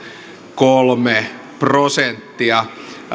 kolme prosenttia